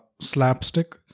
slapstick